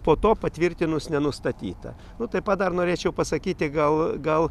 po to patvirtinus nenustatyta nu taip pat dar norėčiau pasakyti gal gal